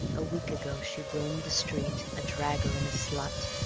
a week ago she roamed the street, a draggle and a slut,